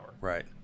Right